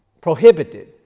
prohibited